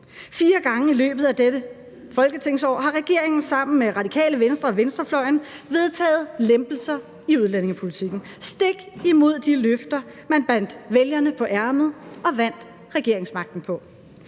Fire gange i løbet af dette folketingsår har regeringen sammen med Radikale Venstre og venstrefløjen vedtaget lempelser i udlændingepolitikken stik imod de løfter, man bandt vælgerne på ærmet og vandt regeringsmagten på.